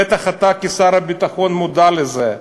בטח אתה כשר הביטחון מודע לזה.